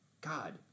God